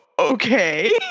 okay